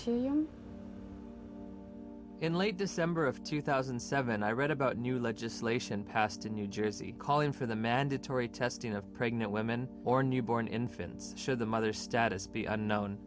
put in late december of two thousand and seven i read about new legislation passed in new jersey calling for the mandatory testing of pregnant women or newborn infants should the mother status be unknown